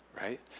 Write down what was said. right